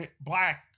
black